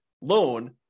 loan